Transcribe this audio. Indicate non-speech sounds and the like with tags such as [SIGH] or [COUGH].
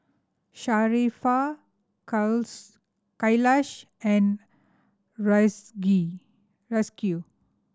Sharifah [UNINTELLIGIBLE] Khalish and [UNINTELLIGIBLE] Rizqi